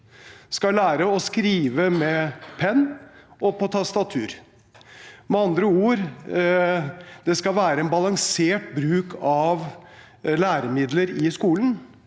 skal lære å skrive med penn og på tastatur. Med andre ord: Det skal være en balansert bruk av læremidler i skolen,